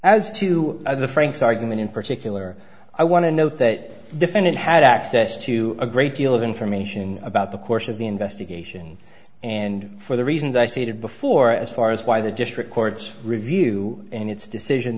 as to the franks argument in particular i want to note that defendant had access to a great deal of information about the course of the investigation and for the reasons i stated before as far as why the district court's review and its decision